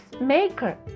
maker